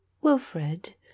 wilfred